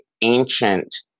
ancient